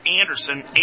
Anderson